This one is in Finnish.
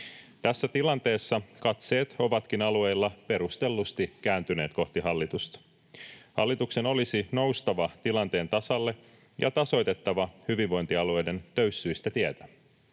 Tässä tilanteessa katseet ovatkin alueilla perustellusti kääntyneet kohti hallitusta. Hallituksen olisi noustava tilanteen tasalle ja tasoitettava hyvinvointialueiden töyssyistä tietä.